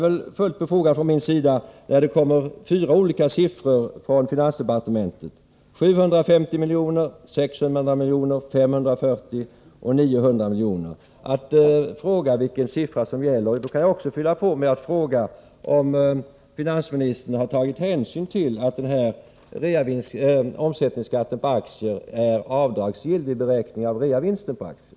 När finansdepartementet angav fyra olika belopp — 750 miljoner, 600 miljoner, 540 miljoner och 900 miljoner — var det väl fullt befogat att fråga vad som gällde. Jag kan också fylla på med att fråga om finansministern har tagit hänsyn till att den här omsättningsskatten på aktier får dras av vid beräkningen av reavinsten på aktier.